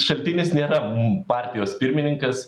šaltinis nėra partijos pirmininkas